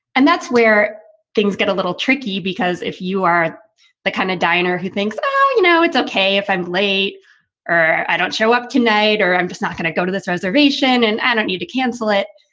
and that's where things get a little tricky, because if you are the kind of diner who thinks, oh, you know, it's okay if i'm late or i don't show up tonight or i'm just not going to go to this reservation and i don't need to cancel it.